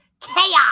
Chaos